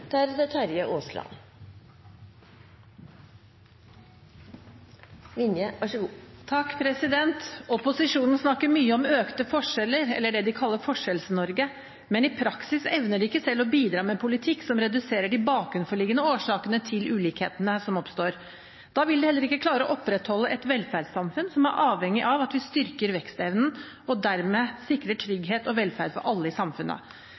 Opposisjonen snakker mye om økte forskjeller eller det de kaller Forskjells-Norge, men i praksis evner de ikke selv å bidra med politikk som reduserer de bakenforliggende årsakene til ulikhetene som oppstår. Da vil de heller ikke klare å opprettholde et velferdssamfunn, som er avhengig av at vi styrker vekstevnen og dermed sikrer trygghet og velferd for alle i samfunnet.